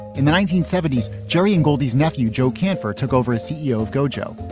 in the nineteen seventy s, jerry and goldies nephew joe kanfer took over as ceo of gojo,